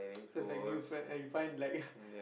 cause like new friend and you find like